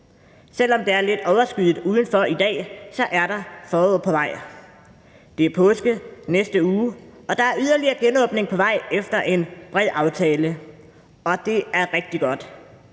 Selv om det er lidt overskyet i dag, er foråret på vej. Det er påske i næste uge, og der er yderligere genåbning på vej efter indgåelse af en bred aftale. Det er rigtig godt,